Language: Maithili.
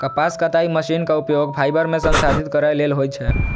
कपास कताइ मशीनक उपयोग फाइबर कें संसाधित करै लेल होइ छै